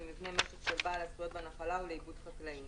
למבני משק של בעל הזכויות בנחלה ולעיבוד חקלאי,